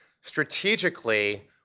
Strategically